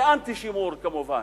זה אנטי-שימור, כמובן,